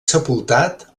sepultat